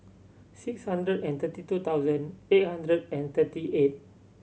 six hundred and thirty two thousand eight hundred and thirty eight